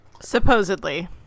Supposedly